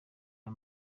aya